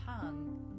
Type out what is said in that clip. tongue